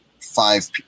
five